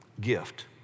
gift